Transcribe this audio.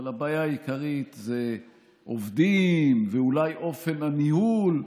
אבל הבעיה העיקרית זה עובדים ואולי אופן הניהול.